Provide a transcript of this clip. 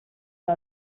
que